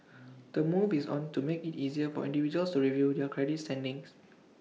the move is on to make IT easier for individuals to review their credit standings